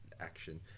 Action